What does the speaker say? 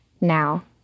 now